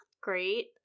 great